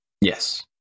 Yes